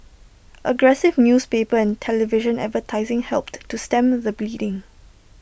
aggressive newspaper and television advertising helped to stem the bleeding